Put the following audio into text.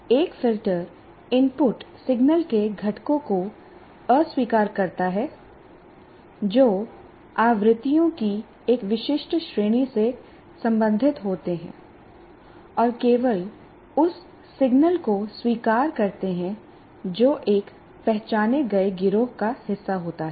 एक filter input signal के घटकों को अस्वीकार करता है जो आवृत्तियों की एक विशिष्ट श्रेणी से संबंधित होते हैं और केवल उस सिग्नल को स्वीकार करते हैं जो एक पहचाने गए गिरोह का हिस्सा होता है